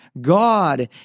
God